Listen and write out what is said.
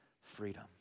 freedom